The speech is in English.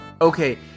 Okay